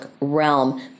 realm